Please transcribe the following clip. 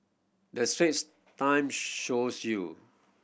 the Straits Time shows you